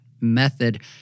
method